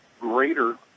greater